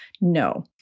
No